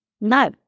No